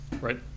Right